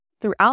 throughout